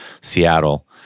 Seattle